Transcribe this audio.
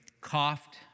coughed